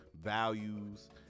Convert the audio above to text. values